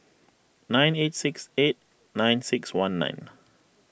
nine eight six eight nine six one nine